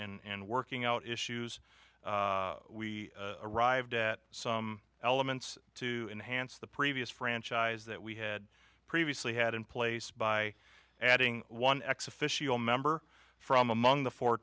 and working out issues arrived at some elements to enhance the previous franchise that we had previously had in place by adding one ex officio member from among the four